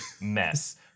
mess